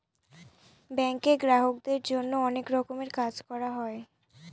ব্যাঙ্কে গ্রাহকদের জন্য অনেক রকমের কাজ করা হয়